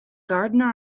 gardener